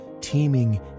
teeming